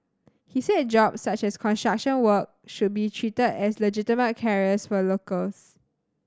he said jobs such as construction work should be treated as legitimate careers for locals